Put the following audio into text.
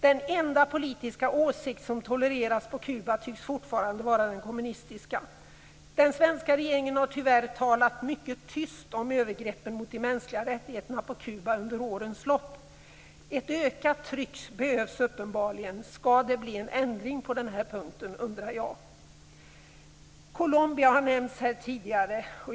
Den enda politiska åsikt som tolereras på Kuba tycks fortfarande vara den kommunistiska. Den svenska regeringen har tyvärr talat mycket tyst om övergreppen mot de mänskliga rättigheterna på Kuba under årens lopp. Ett ökat tryck behövs uppenbarligen. Skall det bli en ändring på den punkten? Colombia har nämnts här tidigare.